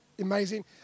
amazing